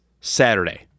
Saturday